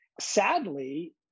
Sadly